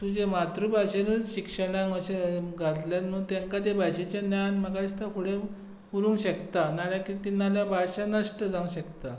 तुजे मातृभाशेनूच शिक्षणाक अशे घातल्यार न्हू तांकां त्या भाशेचो ज्ञान म्हाका दिसता फुडें उरूंक शकता ना नाजाल्यार कितें ती भाशा नश्ट जावंक शकता